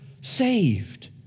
saved